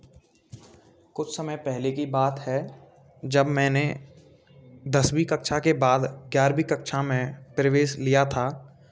कुछ समय पहले की बात है जब मैंने दसवीं कक्षा के बाद ग्यारहवीं कक्षा में प्रवेश लिया था